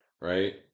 right